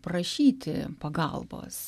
prašyti pagalbos